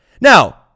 Now